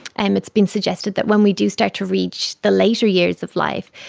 and it's been suggested that when we do start to reach the later years of life,